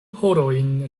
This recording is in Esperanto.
horojn